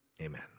Amen